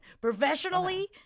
Professionally